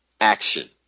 action